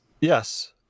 Yes